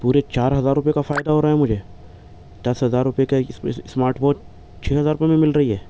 پورے چار ہزار روپئے کا فائدہ ہو رہا ہے مجھے دس ہزار روپئے کا اسمارٹ واچ چھ ہزار روپئے میں مل رہی ہے